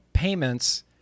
Payments